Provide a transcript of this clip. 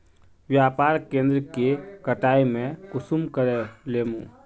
व्यापार केन्द्र के कटाई में कुंसम करे लेमु?